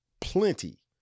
plenty